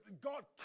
God